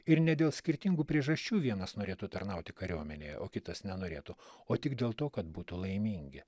ir ne dėl skirtingų priežasčių vienas norėtų tarnauti kariuomenėje o kitas nenorėtų o tik dėl to kad būtų laimingi